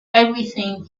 everything